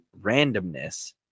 randomness